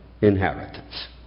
inheritance